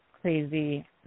crazy